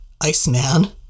Iceman